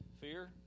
Fear